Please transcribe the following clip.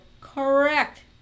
correct